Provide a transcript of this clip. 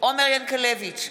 עומר ינקלביץ'